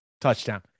Touchdown